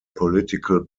political